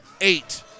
eight